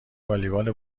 والیبال